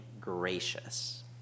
gracious